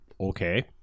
Okay